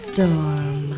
Storm